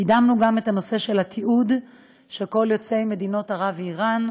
קידמנו גם את הנושא של התיעוד של כל יוצאי מדינות ערב ואיראן,